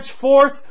forth